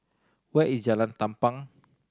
where is Jalan Tampang